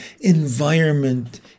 environment